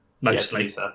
Mostly